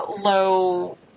low